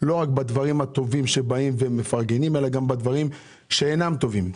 לא רק בדברים הטובים כשבאים ומפרגנים אלא גם בדברים שאינם טובים.